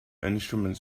instruments